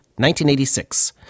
1986